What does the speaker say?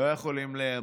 לא יכולים לאמוד.